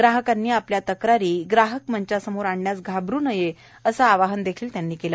ग्राहकांनी आपल्या तक्रारी ग्राहक मंचासमोर आणण्यास घाबरू नये असं आवाहन त्यांनी केलं